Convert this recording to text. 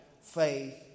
faith